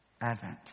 advent